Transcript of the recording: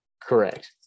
correct